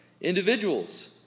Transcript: individuals